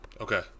Okay